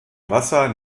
wasser